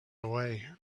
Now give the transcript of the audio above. away